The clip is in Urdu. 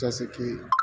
جیسے کہ